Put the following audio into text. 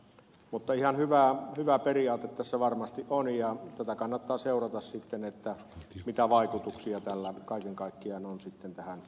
mutta ihan hyvä periaate tässä varmasti on ja kannattaa seurata sitten mitä vaikutuksia tällä kaiken kaikkiaan sitten on tähän kertymään